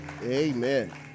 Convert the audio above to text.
Amen